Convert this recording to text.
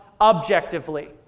objectively